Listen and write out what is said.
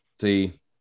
See